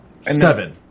Seven